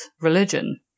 religion